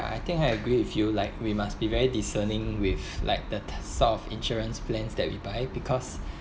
ya I think I agree with you like we must be very discerning with like the sort of insurance plans that we buy because